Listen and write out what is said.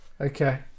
Okay